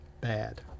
bad